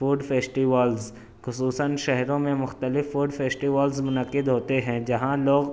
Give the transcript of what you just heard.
food festivals خصوصاً شہروں میں مختلف فوڈ فیسٹیولز منعقد ہوتے ہیں جہاں لوگ